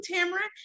Tamara